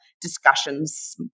discussions